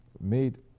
made